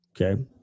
okay